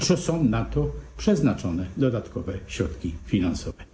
Czy są na to przeznaczone dodatkowe środki finansowe?